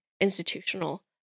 institutional